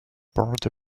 board